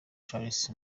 charles